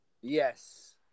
Yes